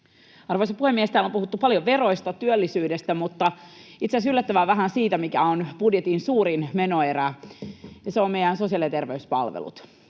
Arvoisa puhemies! Täällä on puhuttu paljon veroista, työllisyydestä, mutta itse asiassa yllättävän vähän siitä, mikä on budjetin suurin menoerä, ja se on meidän sosiaali- ja terveyspalvelut.